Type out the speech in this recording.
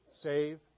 save